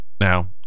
Now